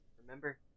Remember